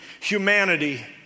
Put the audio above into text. humanity